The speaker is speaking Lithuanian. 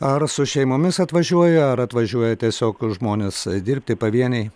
ar su šeimomis atvažiuoja ar atvažiuoja tiesiog žmonės dirbti pavieniai